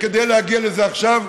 כדי להגיע לזה עכשיו,